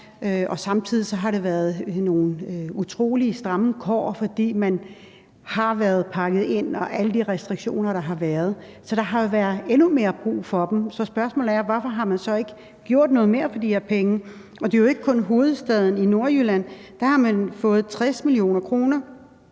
og samtidig har der været nogle utrolig stramme kår, fordi man har været pakket ind, og fordi der har været alle de restriktioner, så der har jo været endnu mere brug for dem. Så spørgsmålet er: Hvorfor har man så ikke gjort noget mere for de her penge? Det er jo ikke kun Region Hovedstaden. I Nordjylland har man fået 60 mio. kr.,